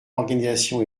organisation